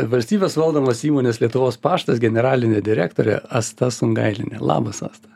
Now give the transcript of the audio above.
valstybės valdomos įmonės lietuvos paštas generalinė direktorė asta sungailienė labas asta